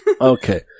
Okay